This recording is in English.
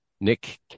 Nick